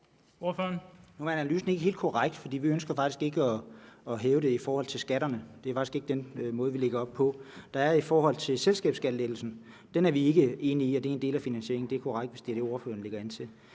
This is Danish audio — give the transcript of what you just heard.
Nu er analysen ikke helt korrekt, for vi ønsker faktisk ikke at hæve noget i forhold til skatterne. Det er faktisk ikke den måde, vi lægger op til at gøre det på. I forhold til selskabsskattelettelsen er vi ikke enige i, at det er en del af finansieringen. Det er korrekt, hvis det er det, ordføreren lægger an til